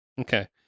okay